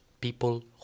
people